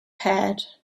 had